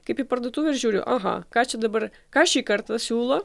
kaip į parduotuvę ir žiūriu aha ką čia dabar ką šį kartą siūlo